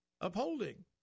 upholding